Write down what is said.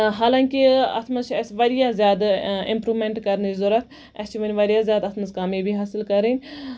حالانکہِ اَتھ منٛز چھِ اَسہِ واریاہ زیادٕ اَمپروٗمینٹ کرنٕچ ضوٚرتھ اَسہِ چھِ وۄنۍ اَتھ منٛز واریاہ زیادٕ کامیٲبی حٲصِل کَرٕنۍ